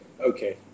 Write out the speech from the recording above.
Okay